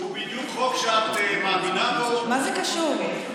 הוא בדיוק חוק שאת מאמינה בו, מה זה קשור?